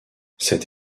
cette